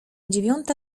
dziewiąta